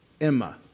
Emma